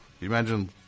imagine